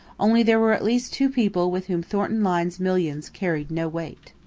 only there were at least two people with whom thornton lyne's millions carried no weight.